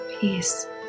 peace